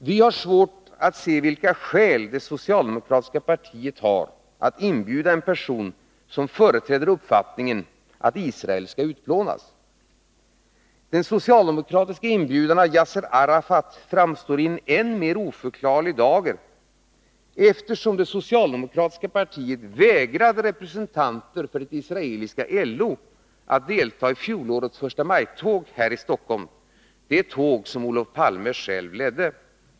Vi har svårt att se vilka skäl det socialdemokratiska partiet har att inbjuda en person som företräder uppfattningen att Israel skall utplånas. Den socialdemokratiska inbjudan av Yasser Arafat framstår i en än mer oförklarlig dager eftersom det socialdemokratiska partiet vägrade representanter för det israeliska LO att delta i fjolårets förstamajtåg här i Stockholm, det tåg som Olof Palme ledde.